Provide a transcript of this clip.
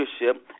leadership